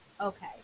Okay